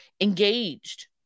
engaged